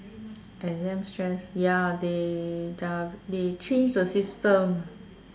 exam stress ya they they are they change the system